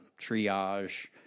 triage